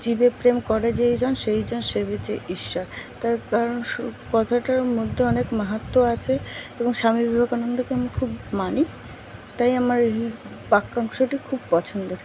জীবে প্রেম করে যেই জন সেই জন সেবিছে ঈশ্বর তার কারণ সু কথাটার মধ্যে অনেক মাহাত্ম্য আছে এবং স্বামী বিবেকানন্দকে আমি খুব মানি তাই আমার এই বাক্যাংশটি খুব পছন্দের